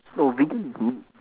no vegan is meats